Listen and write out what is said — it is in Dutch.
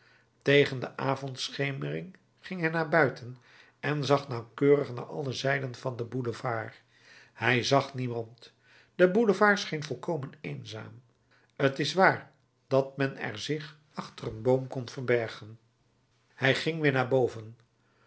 tegen de avondschemering ging hij naar buiten en zag nauwkeurig naar alle zijden van den boulevard hij zag niemand de boulevard scheen volkomen eenzaam t is waar dat men er zich achter een boom kon verbergen hij ging weder naar boven